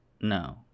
No